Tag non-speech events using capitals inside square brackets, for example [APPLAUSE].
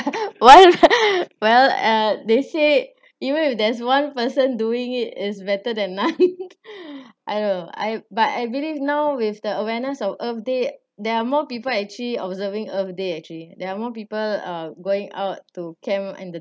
what well uh they say even if there's one person doing it is better than none [LAUGHS] !aiyo! I but I believe now with the awareness of earth day there are more people actually observing earth day actually there are more people uh going out to camp in the